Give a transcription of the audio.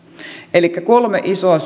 elikkä on kolme isoa